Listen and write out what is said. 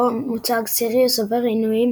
בו מוצג סיריוס עובר עינויים